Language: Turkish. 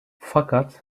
fakat